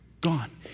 Gone